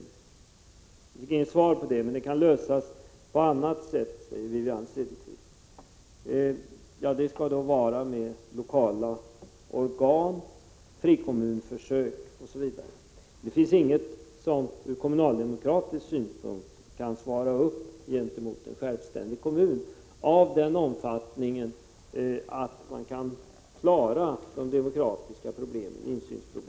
Jag fick inget svar på den frågan. Hithörande problem kan lösas på annat sätt, säger Wivi-Anne Cederqvist. Det skall då vara genom olika lokala organ, frikommunförsök, osv. Men det finns inget som ur kommunaldemokratisk synpunkt kan svara mot en självständig kommun, av sådan omfattning att det går att klara de demokratiska problemen, frågor om insyn etc.